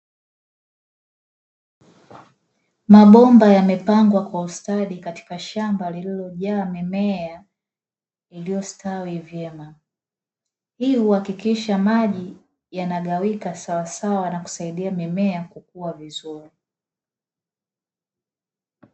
Mabomba yamepangwa kwa ustadi katika shamba lililojaa mimea iliyostawi vyema. Hii huakikisha maji yanagawika sawa sawa na kusaidia mimea kukua vizuri.